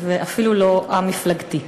ואפילו לא א-מפלגתי.